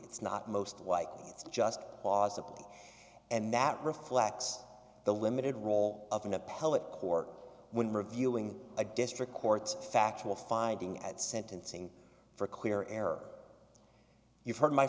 it's not most likely it's just possible and that reflects the limited role of an appellate court when reviewing a district court's factual finding at sentencing for clear error you've heard my